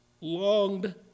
longed